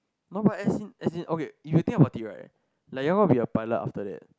no but as in as in okay if you think about it right like you are going to be a pilot after that